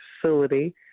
facility